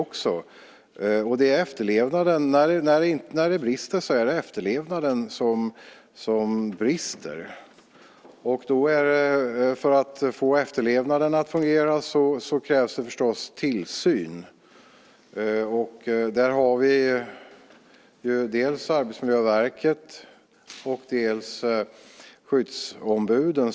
När det brister är det just i efterlevnaden av reglerna. För att få efterlevnaden att fungera krävs det förstås tillsyn. Där har vi dels Arbetsmiljöverket, dels skyddsombuden.